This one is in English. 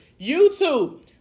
YouTube